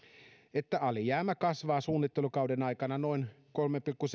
että alijäämä kasvaa suunnittelukauden aikana noin kolmeen pilkku